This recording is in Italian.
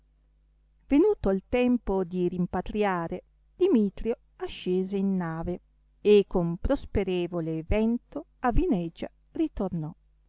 venuto il tempo di rimpatriare dimitrio ascese in nave e con prosperevole vento a vinegia ritornò